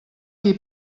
qui